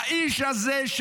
האיש הזה,